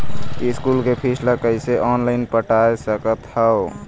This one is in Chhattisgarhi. स्कूल के फीस ला कैसे ऑनलाइन पटाए सकत हव?